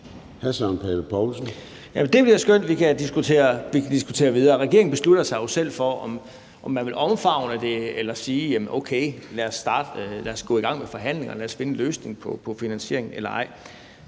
jeg ville være skønt at vi kunne diskutere videre. Regeringen beslutter sig jo selv for, om man vil omfavne det og sige: Okay, lad os gå i gang med forhandlingerne og finde en løsning på finansieringen.